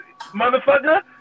Motherfucker